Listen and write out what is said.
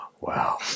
wow